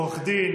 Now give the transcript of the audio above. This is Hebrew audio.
"עורך דין",